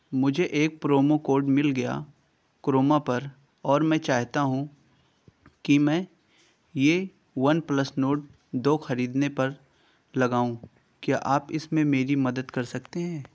مجھے ایک promo code مل گیا کروما پر اور میں چاہتا ہوں کہ میں یہ ون پلس نورڈ دو خریدنے پر لگاؤں کیا آپ اس میں میری مدد کر سکتے ہیں